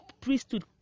priesthood